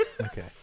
Okay